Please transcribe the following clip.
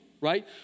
right